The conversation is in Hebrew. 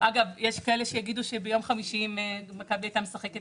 אגב יש מי שיגידו שביום חמישי אם מכבי הייתה משחקת